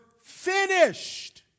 finished